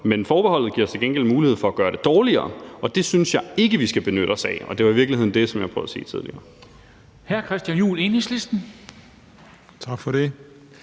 Men forbeholdet giver os til gengæld mulighed for at gøre det dårligere, og det synes jeg ikke vi skal benytte os af. Og det var i virkeligheden det, jeg prøvede at sige tidligere.